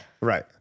Right